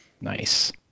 nice